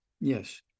Yes